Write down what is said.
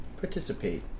participate